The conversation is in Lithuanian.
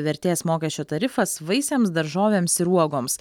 vertės mokesčio tarifas vaisiams daržovėms ir uogoms